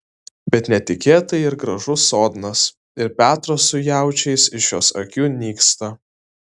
bet netikėtai ir gražus sodnas ir petras su jaučiais iš jos akių nyksta